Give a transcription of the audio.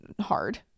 hard